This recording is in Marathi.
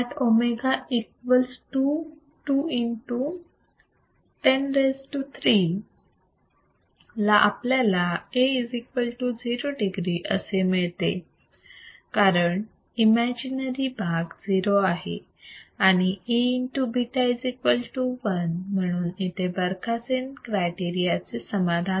At omega equal to 2103 ला आपल्याला A 0 degree असे मिळते कारण इमॅजिनरी भाग 0 आहे आणि Aβ1 म्हणून इथे बरखासेन क्रायटेरिया चे समाधान होते